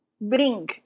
bring